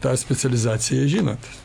tą specializaciją žinot